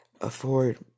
afford